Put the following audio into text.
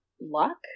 luck